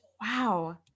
Wow